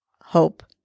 hope